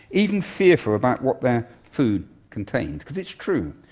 even fearful about what their food contains, because it's true.